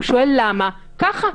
הוא שואל למה; ככה,